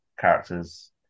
characters